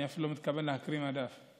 אני אפילו לא מתכוון להקריא מהדף,